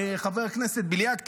חבר הכנסת בליאק,